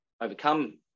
overcome